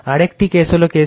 আরেকটি হল কেস 3